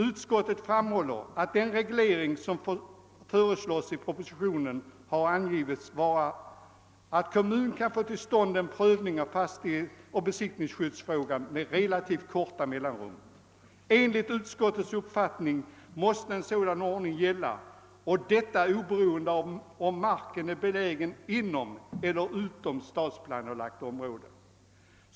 Utskottet framhåller att den reglering som föreslås i propositionen har angivits vara att kommunerna kan få till stånd en prövning av besittningsskyddsfrågan med relativt korta mellanrum, Enligt utskottets uppfattning måste en sådan ordning gälla oberoende av om marken är belägen inom eller utom stadsplanelagt område.